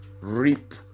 reap